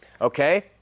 Okay